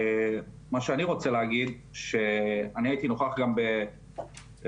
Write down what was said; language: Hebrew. אני רוצה להגיד שהייתי נוכח גם בפגישות